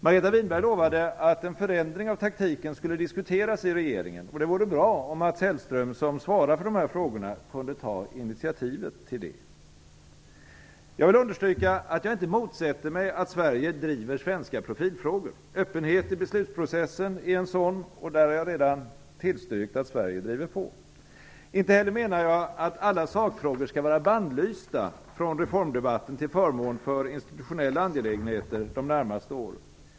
Margareta Winberg lovade att en förändring av taktiken skulle diskuteras i regeringen. Det vore bra om Mats Hellström, som svarar för dessa frågor, kunde ta ett sådant initiativ. Jag vill understryka att jag inte motsätter mig att Sverige driver svenska profilfrågor. Öppenhet i beslutprocessen är en sådan fråga, och där har jag redan tillstyrkt att Sverige driver på. Inte heller menar jag att alla sakfrågor skall vara bannlysta från reformdebatten till förmån för institutionella angelägenheter de närmaste åren.